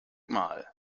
mal